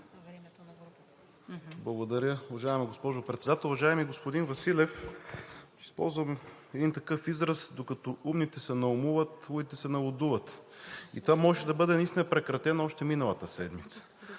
Благодаря. Уважаема госпожо Председател! Уважаеми господин Василев, ще използвам един такъв израз: „Докато умните се наумуват, лудите се налудуват!“ и това можеше да бъде наистина прекратено още миналата седмица,